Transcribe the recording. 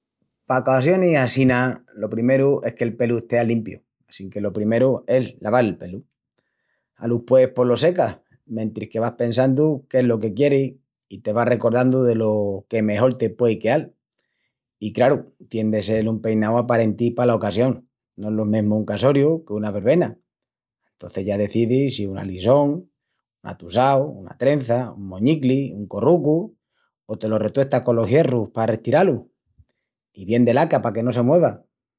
Pa ocasionis assina lo primeru es que'l pelu estea limpiu assinque lo primeru es laval el pelu. Aluspués pos lo secas mentris que vas pensandu qu'es lo que quieris i te vas recordandu delo que mejol te puei queal i, craru, tien de sel un peinau aparenti pala ocasión. No es lo mesmu un casoriu que una verbena. Antocis ya decidis si un alisón, un atusau, una trença, un moñicli, un corrucu o te lo retuestas colos hierrus pa restirá-lu. I bien de laca paque no se mueva.